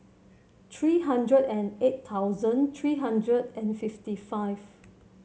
three hundred and eight thousand three hundred and fifty five